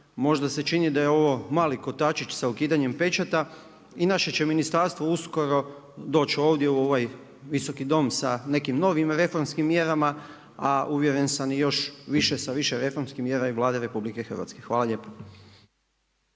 Možda se čini da je ovo mali kotačić sa ukidanjem pečata i naše će ministarstvo uskoro doći ovdje u ovaj Visoki dom sa nekim novim reformskim mjerama a uvjeren sam i još, više sa više reformskih mjera i Vlade RH. Hvala lijepa.